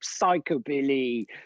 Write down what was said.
psychobilly